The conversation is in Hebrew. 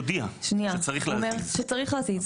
הוא מודיע שצריך להזיז.